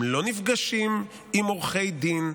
הם לא נפגשים עם עורכי דין,